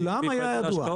אני מכירה אותך לא מהיום,